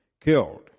killed